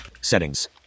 Settings